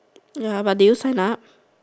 ya but did you sign up